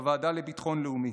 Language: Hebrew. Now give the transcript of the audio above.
בוועדה לביטחון לאומי,